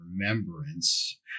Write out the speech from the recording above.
remembrance